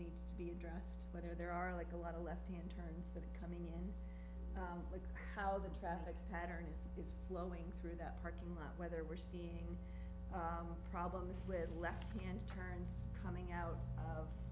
needs to be addressed whether there are like a lot of left hand turn coming in how the traffic pattern is flowing through that parking lot whether we're seeing problems with left hand turns coming out of